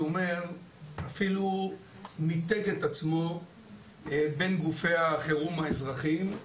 אפילו מיתג את עצמו בין גופי החירום האזרחיים.